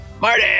Marty